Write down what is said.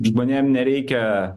žmonėm nereikia